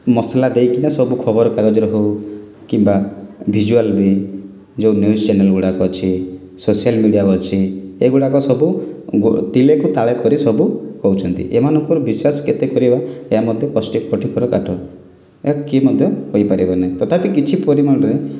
ମସଲା ଦେଇକିନା ସବୁ ଖବରକାଗଜରେ ହେଉ କିମ୍ୱା ଭିଜୁଆଲ୍ରେ ଯେଉଁ ନ୍ୟୁଜ୍ ଚାନେଲ୍ଗୁଡ଼ାକ ଅଛି ସୋସିଆଲ୍ ମିଡ଼ିଆ ଅଛି ଏଗୁଡ଼ାକ ସବୁ ତିଳକୁ ତାଳ କରି ସବୁ କହୁଚନ୍ତି ଏମାନଙ୍କର ବିଶ୍ୱାସ କେତେ କରିବା ଏହା ମଧ୍ୟ କଷ୍ଟ କାଠିକର ପାଠ କି ମଧ୍ୟ କହିପାରିବନି ତଥାପି କିଛି ପରିମାଣରେ